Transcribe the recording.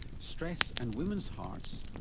stress and women's hearts,